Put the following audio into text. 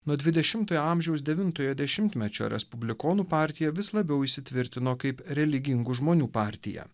nuo dvidešimtojo amžiaus devintojo dešimtmečio respublikonų partija vis labiau įsitvirtino kaip religingų žmonių partiją